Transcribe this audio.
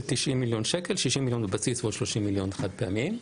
90 מיליון שקל: 60 מיליון שקל בבסיס ועוד 30 מיליון שקל חד-פעמיים.